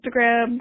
Instagram